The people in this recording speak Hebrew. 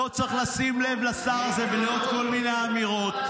--- לא צריך לשים לב לשר הזה ולעוד כל מיני אמירות.